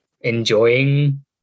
enjoying